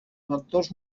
vectors